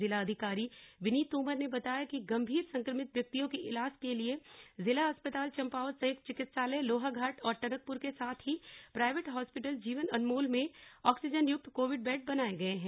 जिला अधिकारी विनीत तोमर ने बताया कि गंभीर संक्रमित व्यक्तियों की इलाज के लिए जिला अस्पताल चंपावत संयुक्त चिकित्सालय लोहाघाट और टनकप्र के साथ ही प्राइवेट हॉस्पिटल जीवन अनमोल में ऑक्सीजन युक्त कोविड़ बेड बनाए गए हैं